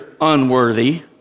unworthy